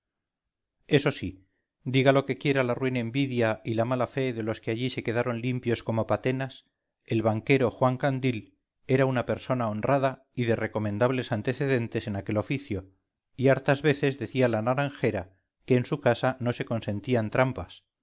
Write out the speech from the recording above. eso sí diga lo que quiera la ruin envidia y la mala fe de los que allí se quedaron limpios como patenas el banquero juan candil era una persona honrada y de recomendables antecedentes en aquel oficio y hartas veces decía la naranjera que en su casa no se consentían trampas